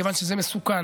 מכיוון שזה מסוכן.